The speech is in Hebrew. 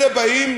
אלה באים